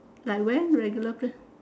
like when regular place